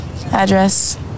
address